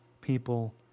people